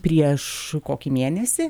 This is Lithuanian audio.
prieš kokį mėnesį